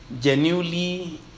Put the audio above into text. genuinely